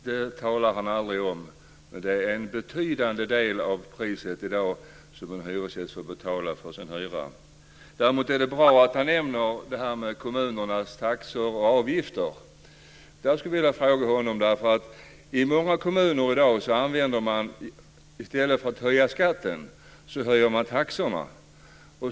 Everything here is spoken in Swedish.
Det talar han aldrig om, men de är en betydande del av priset som en hyresgäst i dag betalar för sin hyra. Däremot är det bra att han nämner kommunernas taxor och avgifter. I många kommuner höjer man taxorna i stället för att höja skatten.